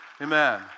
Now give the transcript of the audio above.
Amen